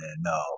No